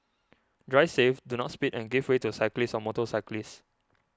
drive safe do not speed and give way to cyclists or motorcyclists